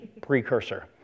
precursor